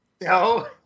No